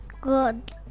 Good